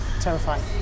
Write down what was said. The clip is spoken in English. terrifying